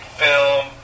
film